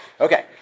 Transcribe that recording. Okay